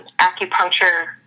acupuncture